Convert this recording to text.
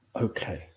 Okay